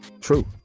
True